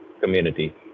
community